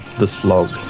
the slog.